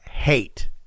Hate